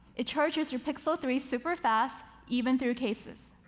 it charges your pixel three super fast even through cases.